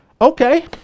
Okay